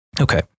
Okay